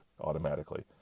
automatically